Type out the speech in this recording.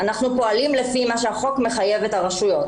אנחנו פועלים לפי מה שהחוק מחייב את הרשויות.